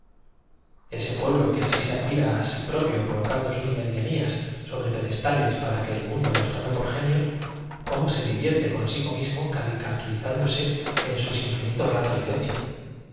asaltando pueblo que así se admira á sí propio colocando sus ómnibus y fiacres no tenían más que un grito al medianías sobre pedestales para que el mundo los trocadero tome por genios como se divierte consigo mismo ca los vaporcitos del sena el ferro carril de cintura ricaturándose en sus infinitos ratos de ocio se